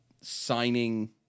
signing